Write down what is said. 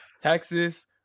Texas